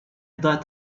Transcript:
дать